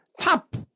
top